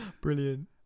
Brilliant